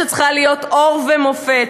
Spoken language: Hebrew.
שצריכה להיות אור ומופת,